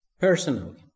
personally